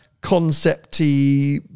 concept-y